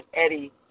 Eddie